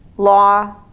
law,